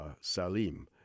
Salim